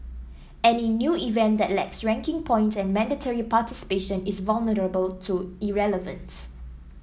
any new event that lacks ranking points and mandatory participation is vulnerable to irrelevance